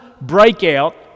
breakout